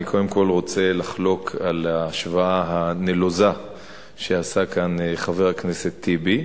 אני קודם כול רוצה לחלוק על ההשוואה הנלוזה שעשה כאן חבר הכנסת טיבי.